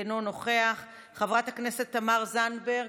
אינו נוכח, חברת הכנסת תמר זנדברג,